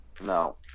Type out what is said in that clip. No